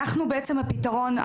אנחנו בעצם הפתרון,